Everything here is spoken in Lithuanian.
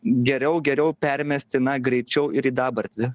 geriau geriau permesti na greičiau ir į dabartį